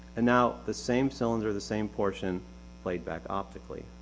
and now, the same cylinder, the same portion played back optically.